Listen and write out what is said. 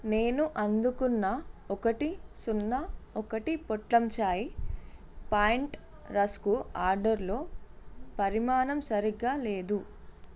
నేను అందుకున్న ఒకటి సున్నా ఒకటి పొట్లం ఛాయ్ పాయింట్ రస్కు ఆడర్ల్లో పరిమాణం సరిగ్గా లేదు